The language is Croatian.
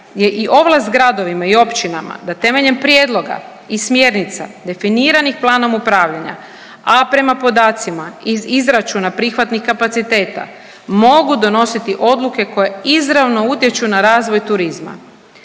je i ovlast gradovima i općinama da temeljem prijedloga i smjernica definiranih planom upravljanja, a prema podacima iz izračuna prihvatnih kapaciteta mogu donositi odluke koje izravno utječu na razvoj turizma.